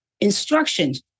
instructions